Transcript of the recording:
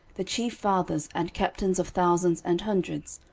the chief fathers and captains of thousands and hundreds,